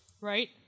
right